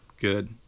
Good